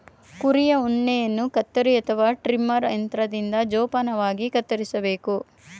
ಕುರಿಯ ಉಣ್ಣೆಯನ್ನು ಕತ್ತರಿ ಅಥವಾ ಟ್ರಿಮರ್ ಯಂತ್ರದಿಂದ ಜೋಪಾನವಾಗಿ ಕತ್ತರಿಸಬೇಕು